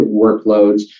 workloads